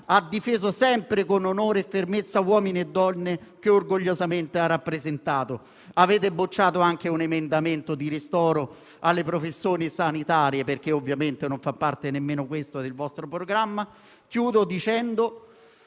difeso con onore e fermezza gli uomini e le donne, che orgogliosamente ha rappresentato. Avete bocciato anche un emendamento di ristoro alle professioni sanitarie, perché ovviamente nemmeno questo fa parte del vostro programma. Concludo dicendo